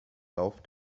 lauf